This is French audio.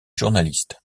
journaliste